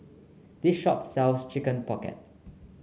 this shop sells Chicken Pocket